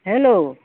hello